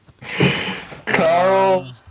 Carl